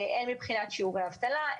הן מבחינת שיעורי האבטלה,